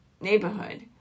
neighborhood